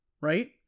right